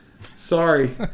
Sorry